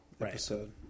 episode